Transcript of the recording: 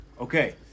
Okay